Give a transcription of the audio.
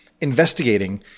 investigating